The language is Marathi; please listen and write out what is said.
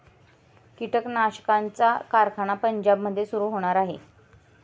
कीटकनाशकांचा कारखाना पंजाबमध्ये सुरू होणार आहे